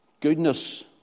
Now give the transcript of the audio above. Goodness